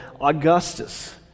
Augustus